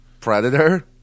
predator